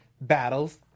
battles